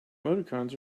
emoticons